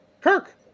Kirk